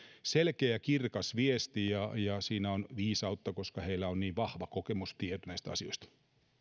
selkeä ja kirkas viesti ja ja siinä on viisautta koska heillä on niin vahva kokemustieto näistä asioista